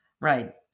Right